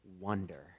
wonder